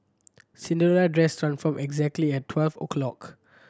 Cinderella dress transformed exactly at twelve o'clock